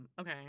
okay